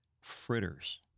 fritters